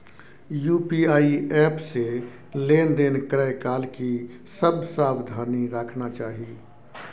UPI app से लेन देन करै काल की सब सावधानी राखना चाही?